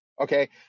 Okay